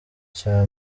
cya